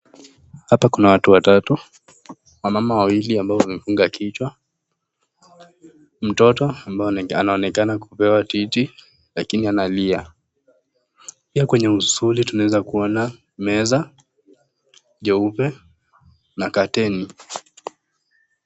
Hapa kuna watu watatu, wamama wawili ambao wamefunga kichwa. Mtoto ambaye anaonekana kupewa titi lakini analia . Pia kwenye usuli tunaweza kuona meza jeupe na kateni.